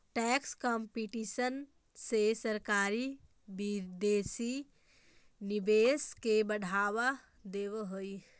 tax competition से सरकारी विदेशी निवेश के बढ़ावा देवऽ हई